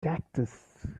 cactus